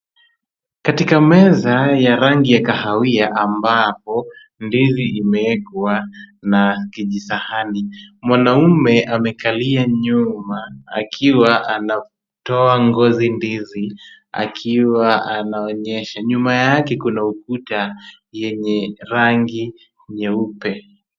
Katika meza ya rangi ya kahawia ambapo ndizi imeekwa na kijisahani, mwanaume amekalia nyuma akiwa anatoa ngozi ndizi akiwa anaonyesha. Nyuma yake kuna ukuta yenye rangi nyeupe.